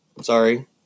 sorry